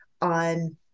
on